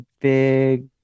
big